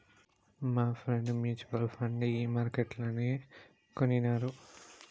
మాఫ్రెండ్ mutual fund ఈ మార్కెట్లనే కొనినారు